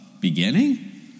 beginning